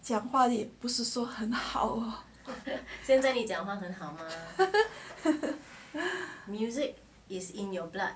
讲话的不是说很好